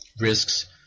risks